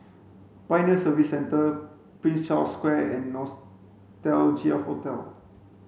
Pioneer Service Centre Prince Charles Square and Nostalgia Hotel